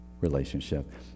relationship